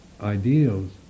ideals